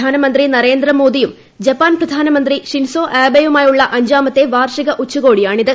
പ്രധാനമന്ത്രി നരേന്ദ്ര മോദിയും ജപ്പാൻ പ്രധാനമന്ത്രി ഷിൻസൊ ആബെയുമായുള്ള അഞ്ചാമത്തെ വാർഷിക ഉച്ചകോടിയാണിത്